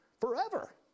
forever